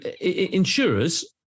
insurers